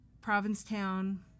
Provincetown